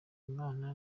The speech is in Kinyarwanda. imana